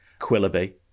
Quillaby